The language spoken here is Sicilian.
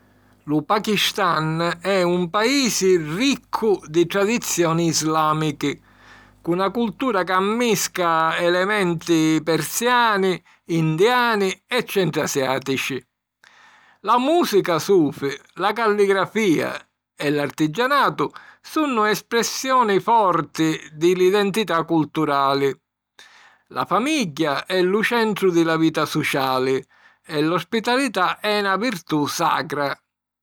Lu Pakistan è un paisi riccu di tradizioni islàmichi, cu na cultura ca mmisca elementi persiani, indiani e centrasiàtici. La mùsica sufi, la calligrafìa e l’artigianatu sunnu espressioni forti di l’identità culturali. La famigghia è lu centru di la vita suciali, e l’ospitalità è na virtù sacra.